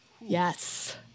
yes